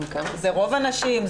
זה רוב הנשים?